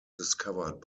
discovered